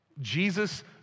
Jesus